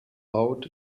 out